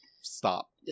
stop